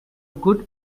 good